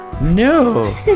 No